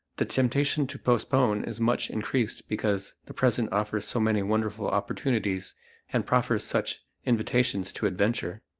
the temptation to postpone is much increased because the present offers so many wonderful opportunities and proffers such invitations to adventure.